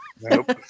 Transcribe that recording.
Nope